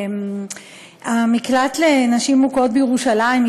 במקלט לנשים מוכות בירושלים,